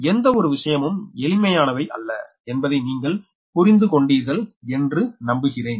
எந்தவொரு விஷயமும் எளிமையானவை அல்ல என்பதை நீங்கள் புரிந்து கொண்டீர்கள் என்று நம்புகிறேன்